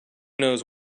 knows